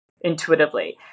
intuitively